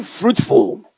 fruitful